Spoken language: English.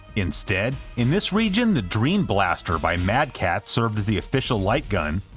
instead, in this region the dream blaster by mad catz served as the official light gun,